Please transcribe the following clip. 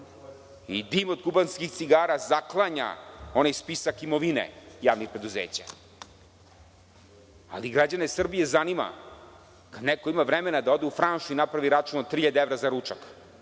i dim od kubanskih cigara zaklanja onaj spisak imovine javnih preduzeća, ali građane Srbije zanima kad neko ima vremena da ode u „Franš“ i napravi račun od 3.000 evra za ručak,